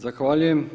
Zahvaljujem.